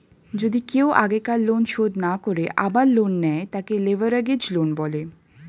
যদি কেও আগেকার লোন শোধ না করে আবার লোন নেয়, তাকে লেভেরাগেজ লোন বলে